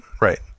right